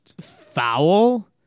foul